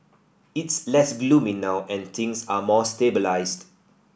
it's less gloomy now and things are more stabilised